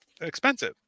expensive